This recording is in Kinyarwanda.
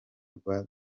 rwa